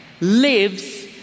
lives